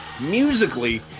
musically